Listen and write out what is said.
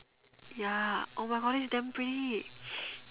ya oh my god this is damn pretty